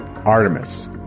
Artemis